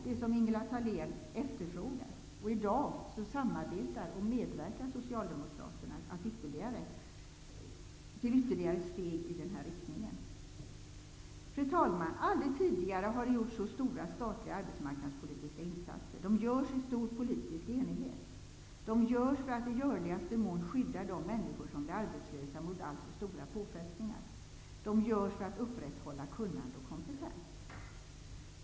Det som Ingela Thale n efterfrågade har redan satt i gång, och i dag medverkar Socialdemokraterna till ytterligare steg i den riktningen. Fru talman! Aldrig tidigare har det gjorts så stora statliga arbetsmarknadspolitiska insatser. De görs i stor politisk enighet. De görs för att i görligaste mån skydda de människor som blir arbetslösa mot alltför stora påfrestningar. De görs för att upprätthålla kunnande och kompetens.